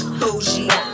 bougie